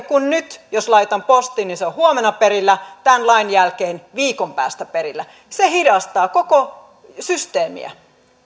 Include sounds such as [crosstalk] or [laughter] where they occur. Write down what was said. [unintelligible] kun nyt laitan postiin niin se on huomenna perillä mutta tämän lain jälkeen viikon päästä perillä se hidastaa koko systeemiä